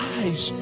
eyes